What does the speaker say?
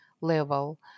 level